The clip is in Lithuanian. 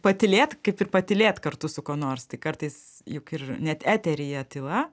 patylėt kaip ir patylėt kartu su kuo nors tik kartais juk ir net eteryje tyla